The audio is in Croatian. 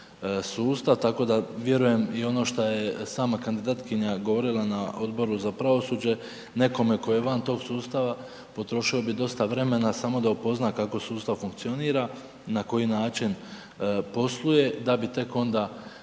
tako da vjerujem i ono što je sama kandidatkinja govorila na Odboru za pravosuđe, nekome ko je van tog sustava, potrošio bi dosta vremena samo da upozna kako sustav funkcionira, na koji način posluje, da bi tek onda uveo